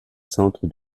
centre